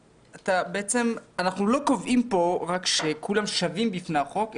בעצם אנחנו לא קובעים פה רק שכולם שווים בפני החוק,